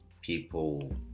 people